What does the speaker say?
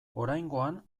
oraingoan